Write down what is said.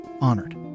honored